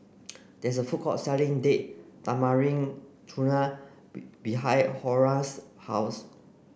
there's a food court selling Date Tamarind Chutney be behind Horace's house